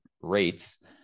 rates